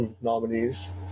nominees